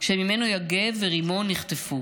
שממנו יגב ורימון נחטפו.